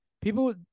People